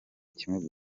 kimwe